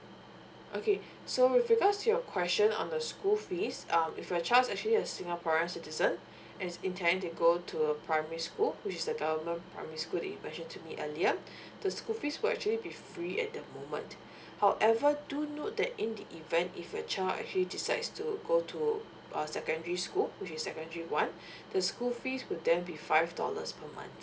okay so with regards to your question on the school fees um if your child is actually a singaporean citizen and is intending to go to a primary school which is a government primary school that you mention to me earlier the school fees will actually be free at the moment however do note that in the event if your child actually decides to go to uh secondary school which is secondary one the school fees would then be five dollars per month